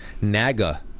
NAGA